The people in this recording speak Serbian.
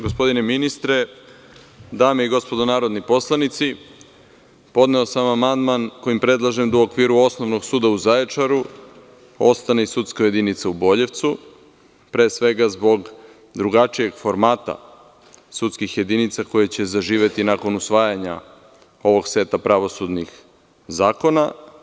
Gospodine ministre, dame i gospodo narodni poslanici, podneo sam amandman kojim predlažem da u okviru Osnovnog suda u Zaječaru ostane i sudska jedinica u Boljevcu, pre svega zbog drugačijeg formata sudskih jedinica koje će zaživeti nakon usvajanja ovog seta pravosudnih zakona.